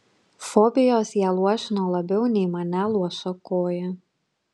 fobijos ją luošino labiau nei mane luoša koja